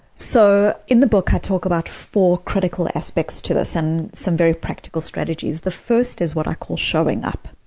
so in the book, i talk about four critical aspects to this and some very practical strategies. the first is what i call showing up.